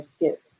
get